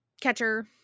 catcher